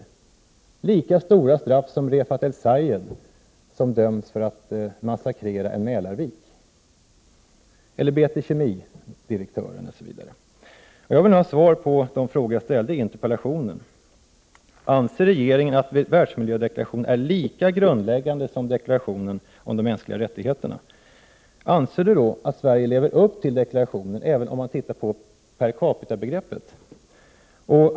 De får lika hårda straff som Refaat El-Sayed, som dömts för att ha massakrerat en Mälarvik, eller BT-Kemi-direktörerna. Jag vill nu ha svar på de frågor jag ställde i interpellationen: Anser regeringen att världsmiljödeklarationen är lika grundläggande som deklarationen om de mänskliga rättigheterna? Anser den då att Sverige lever upp till deklarationen, om man tittar på per capita-begreppet?